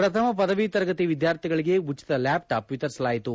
ಪ್ರಥಮ ಪದವಿ ತರಗತಿ ವಿದ್ಯಾರ್ಥಿಗಳಿಗೆ ಉಚಿತ ಲ್ಯಾಪ್ಟ್ಡಾಪ್ ವಿತರಿಸಲಾಯಿತು